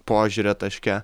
požiūrio taške